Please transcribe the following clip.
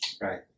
Right